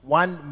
one